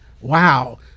wow